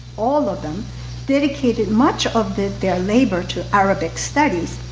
all of them dedicated much of their their labor to arabic studies,